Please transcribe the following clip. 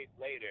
later